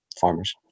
farmers